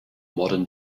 modern